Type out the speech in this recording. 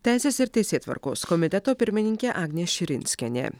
teisės ir teisėtvarkos komiteto pirmininkė agnė širinskienė